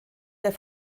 der